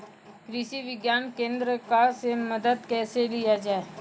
कृषि विज्ञान केन्द्रऽक से मदद कैसे लिया जाय?